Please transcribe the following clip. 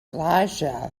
elijah